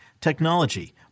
technology